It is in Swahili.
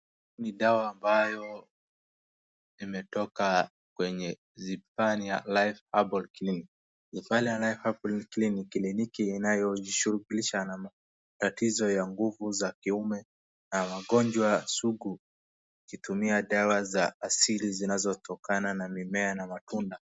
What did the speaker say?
Ni dawa ambayo imetoka kwenye ZEPHANIA LIFE HERBAL CLINIC . ZEPHANIA LIFE HERBAL CLINIC ni kliniki inayojishughulisha na matatizo ya nguvu za kiume na magonjwa sugu ikitumia dawa za asili zinazotokana na mimea na matunda.